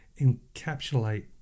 encapsulate